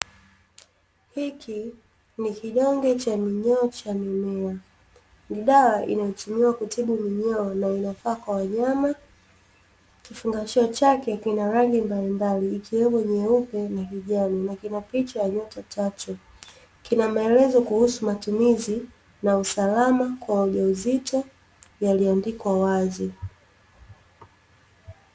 Hiki ni kidonge cha minyoo cha mimea, ni dawa inayotumiwa kutibu minyoo na inafaa kwa wanyama. Kifungashio chake kina rangi mbalimbali ikiwemo nyeupe na kijani na kina picha ya nyota tatu, kina maelezo kuhusu matumizi na usalama kwa ujauzito yaliyoandikwa wazi.